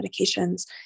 medications